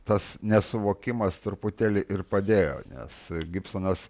tas nesuvokimas truputėlį ir padėjo nes gibsonas